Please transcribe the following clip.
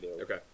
Okay